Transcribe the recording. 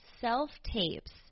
self-tapes